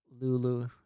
Lulu